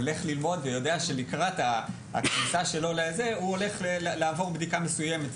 הולך ללמוד ויודע שלקראת הכניסה שלו הוא הולך לעבור בדיקה מסוימת.